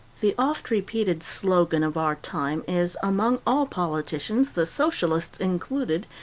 the oft repeated slogan of our time is, among all politicians, the socialists included,